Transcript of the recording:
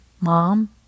Mom